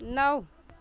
नौ